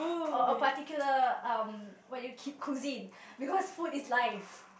or a particular um what you keep cuisine because food is life